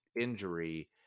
injury